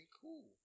cool